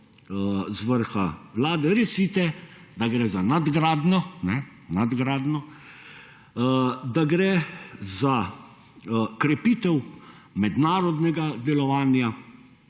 z vrha Vlade recite, da gre za nadgradnjo, da gre za krepitev mednarodnega delovanja